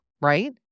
right